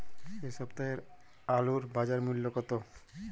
এ সপ্তাহের আলুর বাজার মূল্য কত?